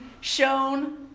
shown